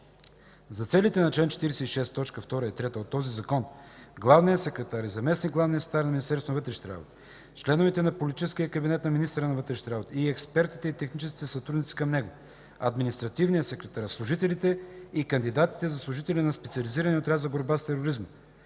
За целите на чл. 46, т. 2 и 3 от този закон главният секретар и заместник-главният секретар на Министерството на вътрешните работи, членовете на политическия кабинет на министъра на вътрешните работи и експертите и техническите сътрудници към него, административният секретар, служителите и кандидатите за служители на Специализирания отряд за борба с тероризма,